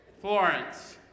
Florence